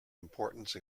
importance